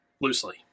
loosely